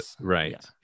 right